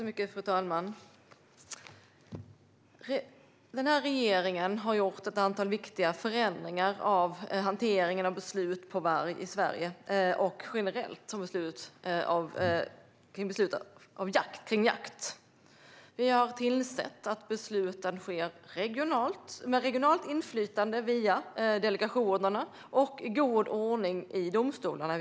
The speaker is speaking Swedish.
Fru talman! Regeringen har gjort ett antal viktiga förändringar av hanteringen av beslut om varg i Sverige och generellt av beslut om jakt. Vi har tillsett att besluten sker regionalt med regionalt inflytande via delegationerna och i god ordning i domstolarna.